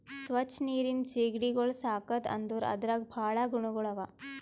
ಸ್ವಚ್ ನೀರಿನ್ ಸೀಗಡಿಗೊಳ್ ಸಾಕದ್ ಅಂದುರ್ ಅದ್ರಾಗ್ ಭಾಳ ಗುಣಗೊಳ್ ಅವಾ